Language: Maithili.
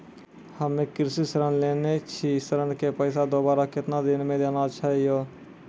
हम्मे कृषि ऋण लेने छी ऋण के पैसा दोबारा कितना दिन मे देना छै यो?